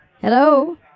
Hello